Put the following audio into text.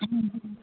ਹਾਂਜੀ